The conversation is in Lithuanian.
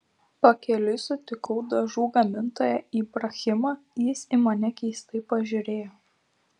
pakeliui sutikau dažų gamintoją ibrahimą jis į mane keistai pažiūrėjo